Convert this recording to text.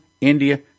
India